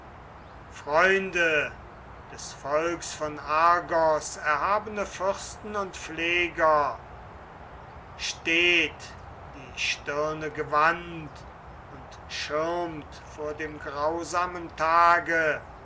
freunde des volks von argos erhabene fürsten und pfleger steht die stirne gewandt und schirmt vor dem grausamen tage